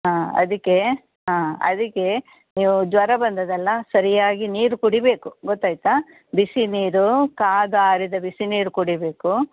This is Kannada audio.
ಆ ಅದಿಕ್ಕೆ ಹಾಂ ಅದಕ್ಕೆ ನೀವು ಜ್ವರ ಬಂದದಲ್ಲಾ ಸರಿಯಾಗಿ ನೀರು ಕುಡಿಯಬೇಕು ಗೊತ್ತಾಯಿತಾ ಬಿಸಿನೀರು ಕಾದು ಆರಿದ ಬಿಸಿನೀರು ಕುಡಿಯಬೇಕು